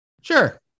Sure